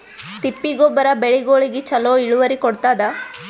ತಿಪ್ಪಿ ಗೊಬ್ಬರ ಬೆಳಿಗೋಳಿಗಿ ಚಲೋ ಇಳುವರಿ ಕೊಡತಾದ?